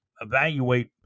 evaluate